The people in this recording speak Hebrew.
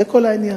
זה כל העניין.